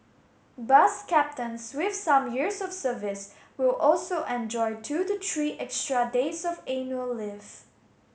bus captains with some years of service will also enjoy two to three extra days of annual leave